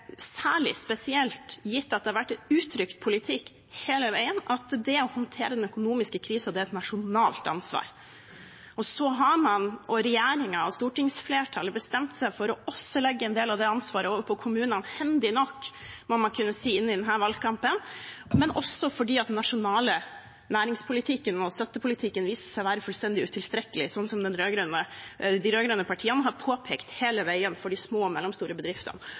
særlig spesielt, gitt at det har vært en uttrykt politikk hele veien at det å håndtere den økonomiske krisen er et nasjonalt ansvar. Og så har regjeringen og stortingsflertallet bestemt seg for å legge en del av det ansvaret over på kommunene, hendig nok, må man kunne si, inn i denne valgkampen, men også fordi den nasjonale næringspolitikken og støttepolitikken viser seg å være fullstendig utilstrekkelig, sånn som de rød-grønne partiene har påpekt hele veien, for de små og mellomstore bedriftene.